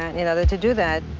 in order to do that,